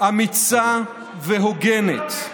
אמיצה והוגנת,